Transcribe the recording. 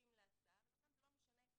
שזקוקים להסעה ולכן זה לא משנה.